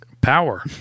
Power